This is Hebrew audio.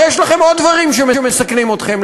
הרי יש לכם עוד דברים שמסכנים אתכם.